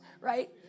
right